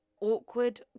awkward